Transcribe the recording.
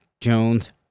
Jones